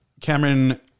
Cameron